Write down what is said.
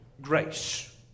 grace